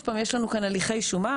שוב פעם יש לנו הליכי שומה,